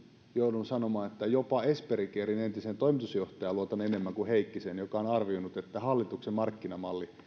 joudun sanomaan että jopa esperi caren entiseen toimitusjohtajaan luotan enemmän kuin heikkiseen hän on arvioinut että hallituksen markkinamalli